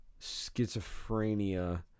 schizophrenia